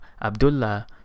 Abdullah